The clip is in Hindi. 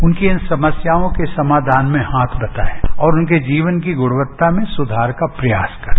उनके समस्याओं के समाधान में हाथ बटाएं और उनकी जीवन की गुणवत्ता में सुधार का प्रयास करें